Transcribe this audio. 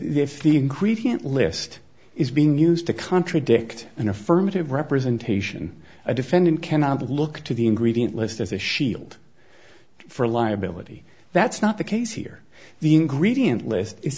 ingredients list is being used to contradict an affirmative representation a defendant cannot look to the ingredient list as a shield for liability that's not the case here the ingredient list i